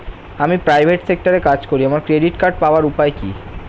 আমি প্রাইভেট সেক্টরে কাজ করি আমার ক্রেডিট কার্ড পাওয়ার উপায় কি?